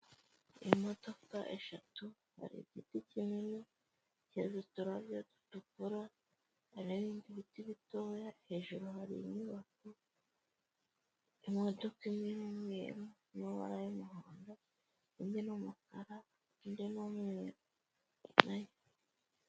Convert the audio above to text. Imodoka eshatu, hari igiti kinini cyeze uturabyo dutukura, hari n'ibindi biti bitoya, hejuru hari inyubako, imodoka irimo umweru n'amabara y'umuhondo, indi ni umukara, indi ni umweru na yo.